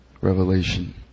revelation